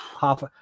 half